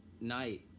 night